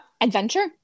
adventure